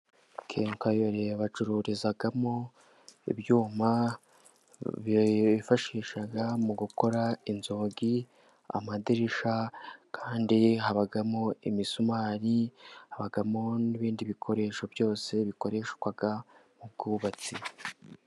Kenkakayore bacururizamo ibyuma bifashisha mu gukora inzugi, amadirisha, kandi habamo imisumari, habamo n'ibindi bikoresho byose bikoreshwa mu bwubatsi.